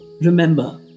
Remember